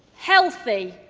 healthy,